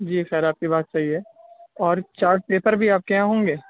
جی sir آپ کی بات صحیح ہے اور چارٹ پیپر بھی آپ کے یہاں ہوں گے